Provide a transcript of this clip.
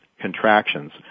contractions